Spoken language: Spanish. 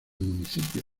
municipio